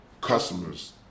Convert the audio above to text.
customers